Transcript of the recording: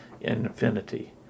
infinity